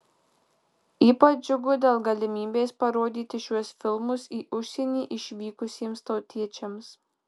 ypač džiugu dėl galimybės parodyti šiuos filmus į užsienį išvykusiems tautiečiams